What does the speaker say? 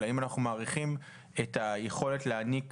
אלא האם אנחנו מאריכים את היכולת להעניק